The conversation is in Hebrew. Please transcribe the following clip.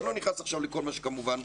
אני לא נכנס עכשיו לכל מה שהוזכר.